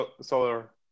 solar